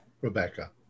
Rebecca